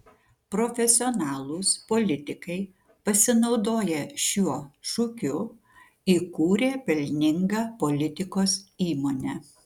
profesionalūs politikai pasinaudoję šiuo šūkiu įkūrė pelningą politikos įmonę